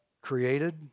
created